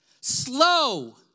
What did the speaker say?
slow